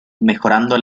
mejorando